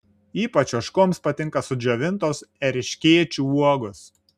ypač ožkoms patinka sudžiovintos erškėčių uogos